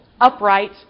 upright